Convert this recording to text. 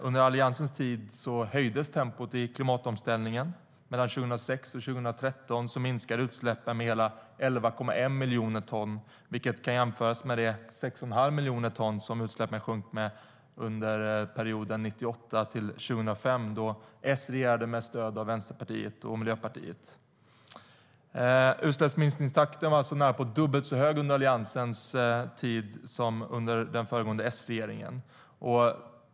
Under Alliansens tid höjdes tempot i klimatomställningen. Mellan 2006 och 2013 minskade utsläppen med hela 11,1 miljoner ton, vilket kan jämföras med de 6 1⁄2 miljoner ton som utsläppen sjönk med under perioden 1998-2005, då S regerade med stöd av Vänsterpartiet och Miljöpartiet. Utsläppsminskningstakten var alltså närapå dubbelt så hög under Alliansens tid som under den föregående S-regeringen.